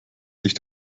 sich